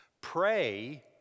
pray